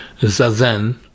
zazen